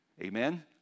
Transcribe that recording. Amen